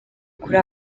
kuri